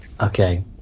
Okay